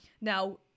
Now